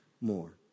more